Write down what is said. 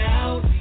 out